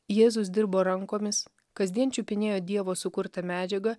jėzus dirbo rankomis kasdien čiupinėjo dievo sukurtą medžiagą